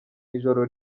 ijoro